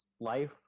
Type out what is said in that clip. life